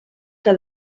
que